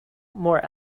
more